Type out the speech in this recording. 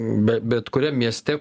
be bet kuriam mieste